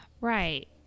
Right